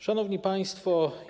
Szanowni Państwo!